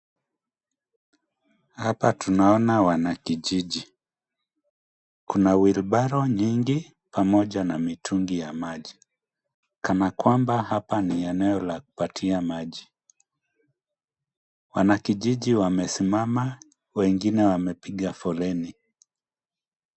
Hapa tunaona wanakijiji. Kuna wilbaro nyingi, pamoja na mitungi ya maji. Kana kwamba hapa ni eneo la kupatia maji. Wanakijiji wamesimama, wengine wamepiga foleni.